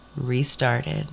restarted